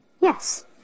Yes